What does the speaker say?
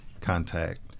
contact